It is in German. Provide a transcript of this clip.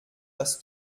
dass